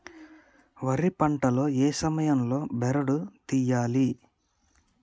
వరి పంట లో ఏ సమయం లో బెరడు లు తియ్యాలి?